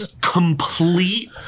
complete